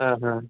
ആ ആ